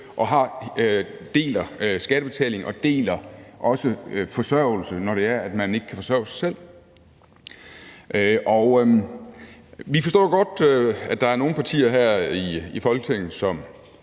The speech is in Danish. og deler skattebetalingen og deler også forsørgelse, når det er, at man ikke kan forsørge sig selv. Vi forstår godt, at der er nogle partier her i Folketinget, som